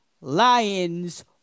Lions